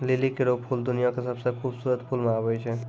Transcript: लिली केरो फूल दुनिया क सबसें खूबसूरत फूल म आबै छै